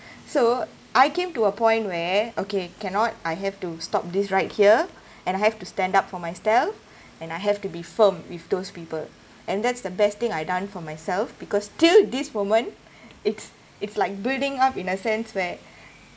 so I came to a point where okay cannot I have to stop this right here and I have to stand up for myself and I have to be firm with those people and that's the best thing I've done for myself because till this moment it's it's like building up in a sense where